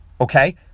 Okay